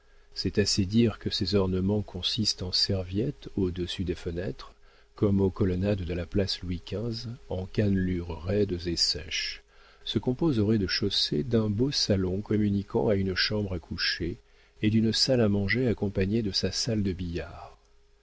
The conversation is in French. c'est assez dire que ses ornements consistent en serviettes au-dessous des fenêtres comme aux colonnades de la place louis xv en cannelures roides et sèches se compose au rez-de-chaussée d'un beau salon communiquant à une chambre à coucher et d'une salle à manger accompagnée de sa salle de billard